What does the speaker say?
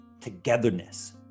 togetherness